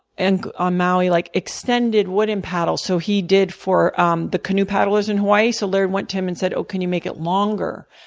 and on maui. like extended wooden paddle, so he did for um the canoe paddlers in hawaii. so laird went to him and said, oh, can you make it longer?